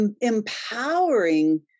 empowering